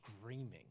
screaming